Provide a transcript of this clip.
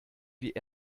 wie